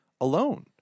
alone